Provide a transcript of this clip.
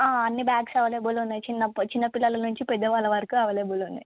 అన్నీ bags available ఉన్నాయి చిన్న చిన్నపిల్లల నుంచి పెద్దవాళ్ళ వరకు అవైలబుల్ ఉన్నాయి